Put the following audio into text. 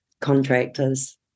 contractors